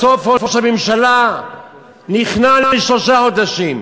בסוף ראש הממשלה נכנע והסכים לשלושה חודשים.